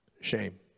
Shame